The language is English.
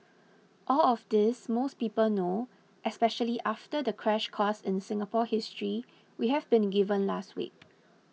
all of this most people know especially after the crash course in Singapore history we've been given last week